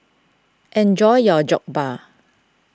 enjoy your Jokbal